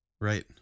Right